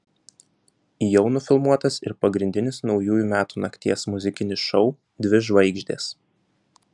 jau nufilmuotas ir pagrindinis naujųjų metų nakties muzikinis šou dvi žvaigždės